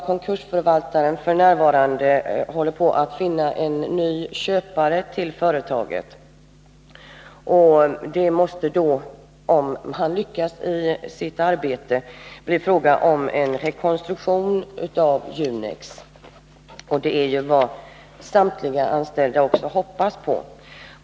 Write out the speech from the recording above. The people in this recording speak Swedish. Konkursförvaltaren försöker f. n. finna en ny köpare till företaget. Om han lyckas med detta, måste det bli fråga om en rekonstruktion av Junex, och det är också vad samtliga anställda hoppas på.